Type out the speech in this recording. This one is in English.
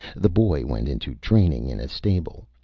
the boy went into training in a stable.